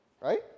right